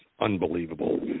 unbelievable